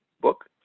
Book